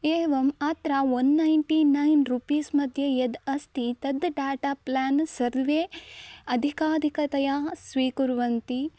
एवम् अत्र on ninety nine रूपीस्मध्ये यद् अस्ति तद् डाटा प्लान् सर्वे अधिकाधिकतया स्वीकुर्वन्ति